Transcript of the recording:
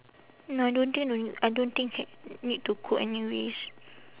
nah I don't think no need I don't think can need to cook anyways